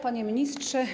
Panie Ministrze!